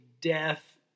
death